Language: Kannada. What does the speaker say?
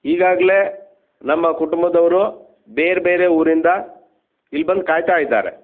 ಈಗಾಗಲೇ ನಮ್ಮ ಕುಟುಂಬದವರು ಬೇರೆ ಬೇರೆ ಊರಿಂದ ಇಲ್ಲಿ ಬಂದು ಕಾಯ್ತಾ ಇದ್ದಾರೆ